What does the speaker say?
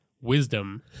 wisdom